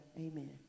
amen